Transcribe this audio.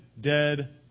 dead